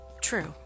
True